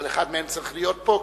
אבל אחד מהם צריך להיות פה,